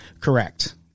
Correct